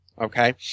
Okay